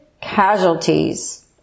casualties